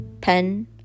pen